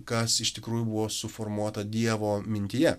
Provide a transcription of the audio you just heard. kas iš tikrųjų buvo suformuota dievo mintyje